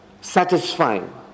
satisfying